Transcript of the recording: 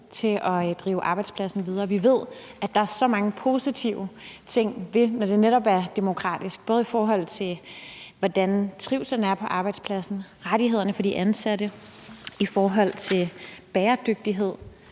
til at drive arbejdspladsen videre. Vi ved, at der er så mange positive ting ved, at det netop er demokratisk, både i forhold til hvordan trivslen er på arbejdspladsen, i forhold til rettighederne for de ansatte, i forhold til bæredygtighed